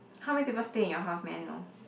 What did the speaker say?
how many people stay in your house may I know